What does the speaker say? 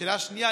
השאלה השנייה,